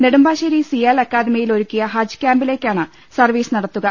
നെടുമ്പാശ്ശേരി സിയാൽ അക്കാദമിയിൽ ഒരുക്കിയ ഹജ്ജ് കൃാമ്പിലേക്കാണ് സർവീസ് നടത്തുക